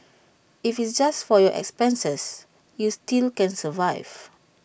if it's just for your expenses you still can survive